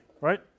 right